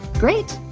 great,